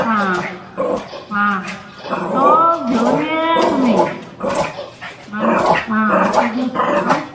आं आं जॉग घेवन येया तुमी मा आं